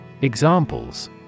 Examples